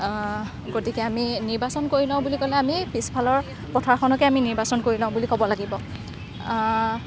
গতিকে আমি নিৰ্বাচন কৰি লওঁ বুলি ক'লে আমি পিছফালৰ পথাৰখনকে আমি নিৰ্বাচন কৰি লওঁ বুলি ক'ব লাগিব